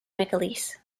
mcaleese